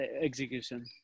execution